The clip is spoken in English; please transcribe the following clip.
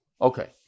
okay